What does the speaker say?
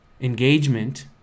engagement